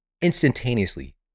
instantaneously